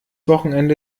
wochenende